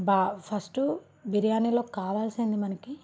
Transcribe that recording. first బిరియానీలో కావాల్సింది మనకి